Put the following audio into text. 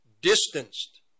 distanced